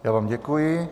Já vám děkuji.